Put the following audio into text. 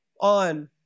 on